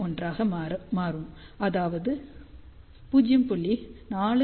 01 ஆக மாறும் அதாவது 0